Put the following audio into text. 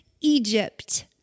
Egypt